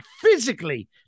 physically